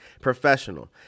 professional